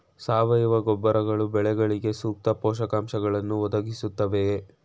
ಸಾವಯವ ಗೊಬ್ಬರಗಳು ಬೆಳೆಗಳಿಗೆ ಸೂಕ್ತ ಪೋಷಕಾಂಶಗಳನ್ನು ಒದಗಿಸುತ್ತವೆಯೇ?